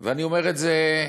ואני אומר את זה,